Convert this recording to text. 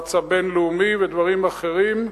הלחץ הבין-לאומי ודברים אחרים.